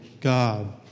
God